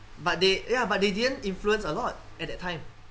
but they ya but they didn't influence a lot at that time